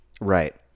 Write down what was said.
right